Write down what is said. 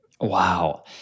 Wow